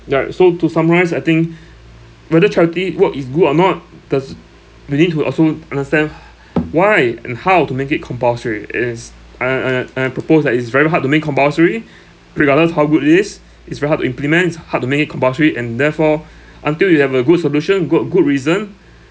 ya so to summarise I think whether charity work is good or not does we need to also understand why and how to make it compulsory it is and and and and I propose that it's very hard to make compulsory regardless how good it is it's very hard to implement it's hard to make it compulsory and therefore until you have a good solution got good reason